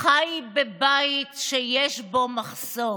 חי בבית שיש בו מחסור.